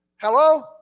Hello